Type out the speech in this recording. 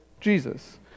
Jesus